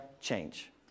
change